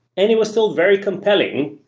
and it was still very compelling,